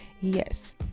Yes